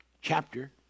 chapter